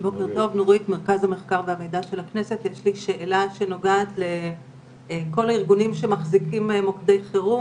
אני קודם כל שמח על הדיון.